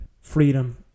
freedom